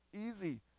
easy